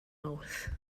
mawrth